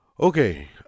Okay